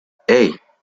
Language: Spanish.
hey